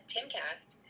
Timcast